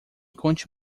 conte